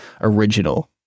original